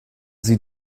sie